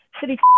City